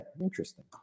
interesting